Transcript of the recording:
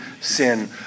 sin